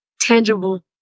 tangible